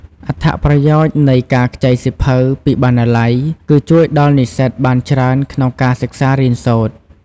អត្ថប្រយោជន៍នៃការខ្ចីសៀវភៅពីបណ្ណាល័យគឺជួយដល់និស្សិតបានច្រើនក្នុងការសិក្សារៀនសូត្រ។